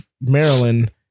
Maryland